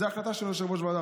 זו ההחלטה של יושב-ראש ועדה.